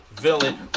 villain